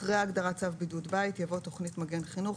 אחרי ההגדרה "צו בידוד ביתי" יבוא: ""תכנית מגן חינוך"